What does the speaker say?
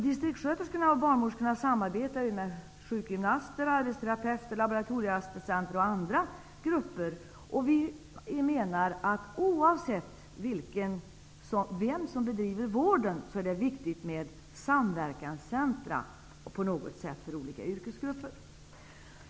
Distriktssköterskorna och barnmorskorna samarbetar med sjukgymnaster, arbetsterapeuter, laboratorieassistenter och andra grupper, och vi menar att oavsett vem som bedriver vården är det viktigt med ''samverkanscentra'' för olika yrkesgrupper.